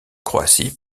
croatie